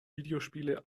videospiele